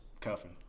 Cuffing